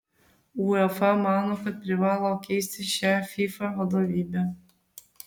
uefa mano kad privalo keisti šią fifa vadovybę